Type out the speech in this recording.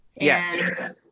yes